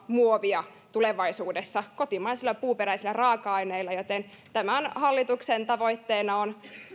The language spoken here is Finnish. muovia tulevaisuudessa kotimaisilla puuperäisillä raaka aineilla joten tämän hallituksen tavoitteena on